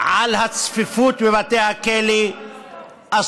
על פי אמות מידה ועל פי קריטריונים ברורים,